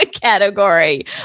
category